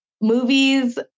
movies